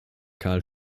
carl